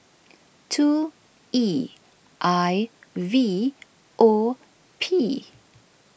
two E I V O P